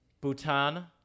Bhutan